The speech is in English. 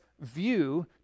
view